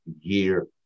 year